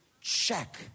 Check